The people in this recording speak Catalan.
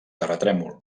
terratrèmol